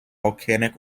volcanic